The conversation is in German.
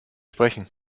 sprechen